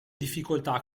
difficoltà